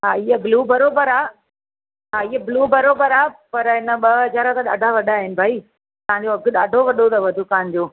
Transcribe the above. हा हीअ ब्लू बरोबर आहे हा हीअ ब्लू बरोबर आहे पर हिनजा ॿ हज़ार त ॾाढा वॾा आहिनि भई तव्हांजो अघु ॾाढो वॾो अथव दुकान जो